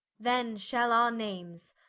then shall our names,